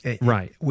Right